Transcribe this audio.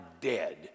dead